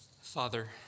Father